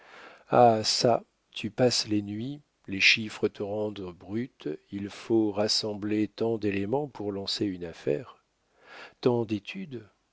ah çà tu passes les nuits les chiffres te rendent brute il faut rassembler tant d'éléments pour lancer une affaire tant d'études